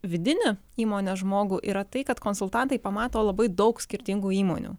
vidinį įmonės žmogų yra tai kad konsultantai pamato labai daug skirtingų įmonių